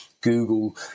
Google